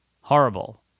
Horrible